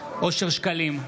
אושר שקלים,